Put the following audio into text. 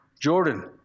Jordan